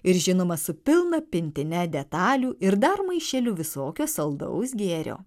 ir žinoma su pilna pintine detalių ir dar maišeliu visokio saldaus gėrio